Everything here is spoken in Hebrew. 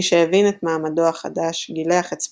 משהבין את מעמדו החדש גילח את שפמו,